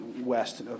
west